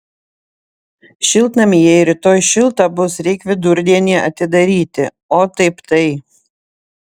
šiltnamį jei rytoj šilta bus reik vidurdienį atidaryti o taip tai